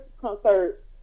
concert